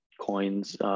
coins